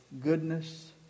goodness